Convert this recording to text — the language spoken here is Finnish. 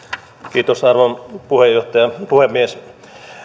kiitos arvon puhemies